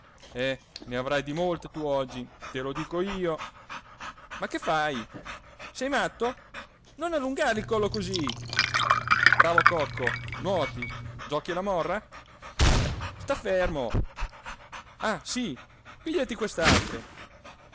eh ne avrai di molte tu oggi te lo dico io ma che fai sei matto non allungare il collo cosí bravo cocco nuoti giochi alla morra sta fermo ah sí pigliati